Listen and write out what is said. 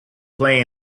play